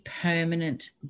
permanent